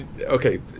okay